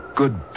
good